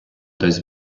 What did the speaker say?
дасть